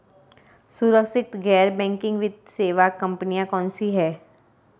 सुरक्षित गैर बैंकिंग वित्त सेवा कंपनियां कौनसी हैं?